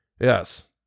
Yes